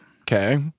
Okay